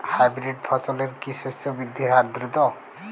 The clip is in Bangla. হাইব্রিড ফসলের কি শস্য বৃদ্ধির হার দ্রুত?